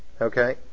okay